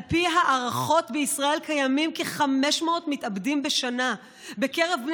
על פי הערכות בישראל מתאבדים כ-500 בשנה.